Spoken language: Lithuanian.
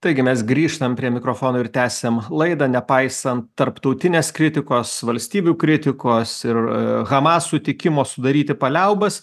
taigi mes grįžtam prie mikrofonų ir tęsiam laidą nepaisant tarptautinės kritikos valstybių kritikos ir hamas sutikimo sudaryti paliaubas